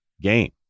game